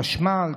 חשמל,